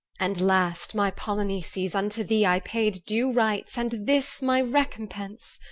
and last, my polyneices, unto thee i paid due rites, and this my recompense!